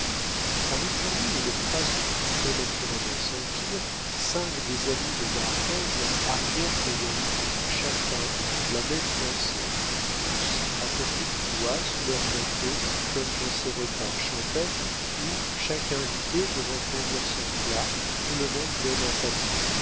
par une journée où le froid se fit prématurément sentir cinq des amis de d'arthez arrivèrent ayant eu chacun la même pensée tous apportaient du bois sous leur manteau comme dans ces repas champêtres où chaque invité devant fournir son plat tout le monde donne un pâté